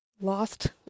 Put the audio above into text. Lost